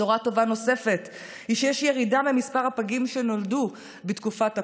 בשורה טובה נוספת היא שיש ירידה במספר הפגים שנולדו בתקופת הקורונה,